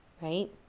right